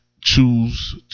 choose